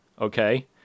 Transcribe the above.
okay